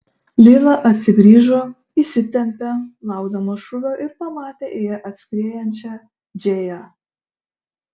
lila atsigrįžo įsitempė laukdama šūvio ir pamatė į ją atskriejančią džėją